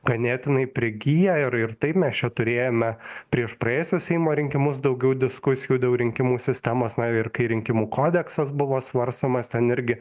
ganėtinai prigiję ir ir taip mes čia turėjome prieš praėjusius seimo rinkimus daugiau diskusijų dėl rinkimų sistemos na ir kai rinkimų kodeksas buvo svarstomas ten irgi